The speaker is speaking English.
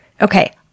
Okay